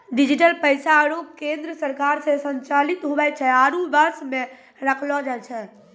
digital पैसा रो केन्द्र सरकार से संचालित हुवै छै आरु वश मे रखलो जाय छै